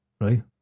Right